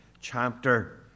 chapter